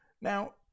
Now